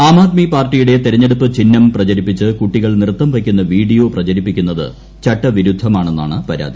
ആം ആദ്മി പാർട്ടിയുടെ തെരഞ്ഞെടുപ്പ് ചിഹ്നം പ്രചരിപ്പിച്ച് കുട്ടികൾ നൃത്തം വയ്ക്കുന്ന വീഡിയോ പ്രചരിപ്പിക്കുന്നത് ചട്ടവിരുദ്ധമാണെന്നാണ് പരാതി